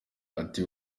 ati